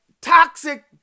toxic